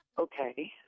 okay